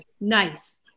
Nice